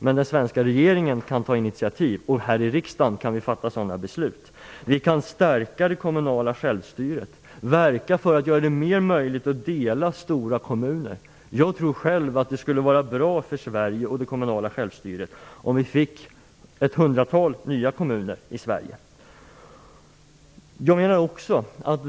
Men den svenska regeringen kan ta initiativ, och här i riksdagen kan vi fatta sådana beslut. Vi kan stärka det kommunala självstyret och verka för att göra det mer möjligt att dela stora kommuner. Jag tror själv att det skulle vara bra för Sverige och för det kommunala självstyret om vi fick ett hundratal nya kommuner.